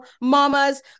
mamas